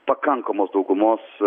pakankamos daugumos